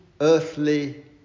earthly